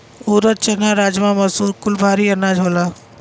ऊरद, चना, राजमा, मसूर कुल भारी अनाज होला